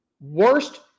Worst